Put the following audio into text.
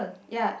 ya